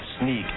sneak